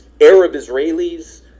Arab-Israelis